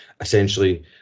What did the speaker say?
essentially